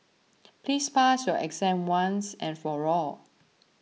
please pass your exam once and for all